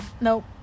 Nope